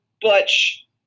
butch